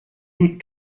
nous